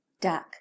duck